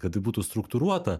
kad tai būtų struktūruota